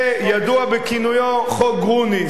שידוע בכינויו "חוק גרוניס".